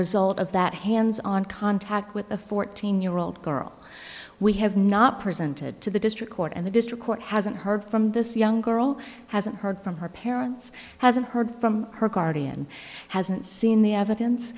result of that hands on contact with a fourteen year old girl we have not presented to the district court and the district court hasn't heard from this young girl hasn't heard from her parents hasn't heard from her guardian hasn't seen the evidence